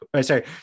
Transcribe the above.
sorry